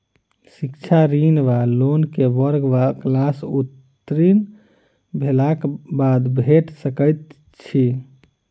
शिक्षा ऋण वा लोन केँ वर्ग वा क्लास उत्तीर्ण भेलाक बाद भेट सकैत छी?